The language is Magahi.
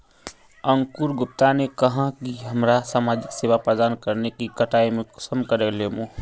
अंकूर गुप्ता ने कहाँ की हमरा समाजिक सेवा प्रदान करने के कटाई में कुंसम करे लेमु?